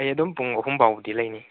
ꯑꯩ ꯑꯗꯨꯝ ꯄꯨꯡ ꯑꯍꯨꯝ ꯐꯥꯎꯕꯗꯤ ꯂꯩꯅꯤ